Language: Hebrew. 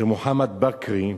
מוחמד בכרי,